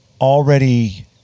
already